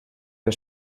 der